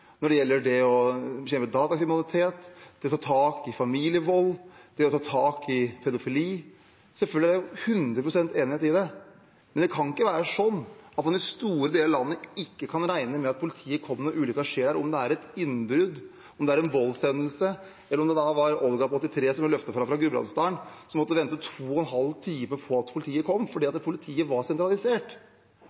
når det gjelder det som skjer med datakriminalitet, det å ta tak i familievold, det å ta tak i pedofili. Selvfølgelig er det 100 pst. enighet om det. Men det kan ikke være sånn at man i store deler av landet ikke kan regne med at politiet kommer når ulykken skjer – om det er et innbrudd, om det er en voldshendelse, som Olga på 83 fra Gudbrandsdalen, som ble løftet fram, som måtte vente i to og en halv time på at politiet kom, fordi politiet var sentralisert.